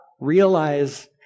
realize